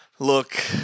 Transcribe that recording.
Look